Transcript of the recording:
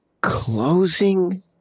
closing